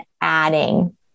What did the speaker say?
adding